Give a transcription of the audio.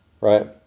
right